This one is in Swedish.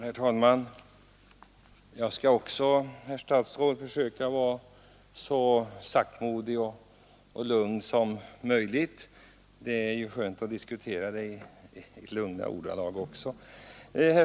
Herr talman! Jag skall också, herr statsråd, försöka vara så saktmodig och lugn som möjligt. Det är ju skönt att diskutera i lugnt tempo.